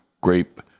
grape